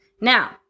Now